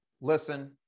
listen